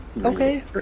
okay